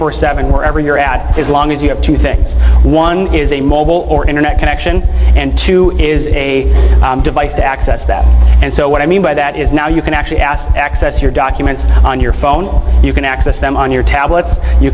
four seventh's for every your ad as long as you have two things one is a mobile or internet connection and two is a device to access that and so what i mean by that is now you can actually ask access your documents on your phone you can access them on your tablets you